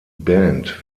band